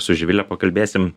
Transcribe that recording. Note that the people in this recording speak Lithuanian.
su živile pakalbėsim